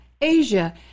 Asia